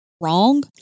wrong